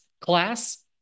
class